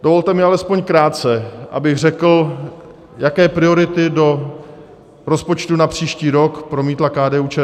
Dovolte mi alespoň krátce, abych řekl, jaké priority do rozpočtu na příští rok promítla KDUČSL.